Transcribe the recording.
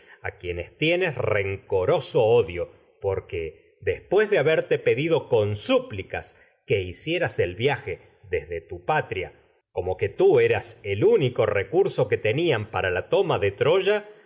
a quienes berte tienes odio porque después de ha pedido como con súplicas que hicieras el viaje desde tu tú eras patria para darte que el único recurso que tenían la toma de troya